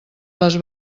les